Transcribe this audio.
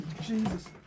Jesus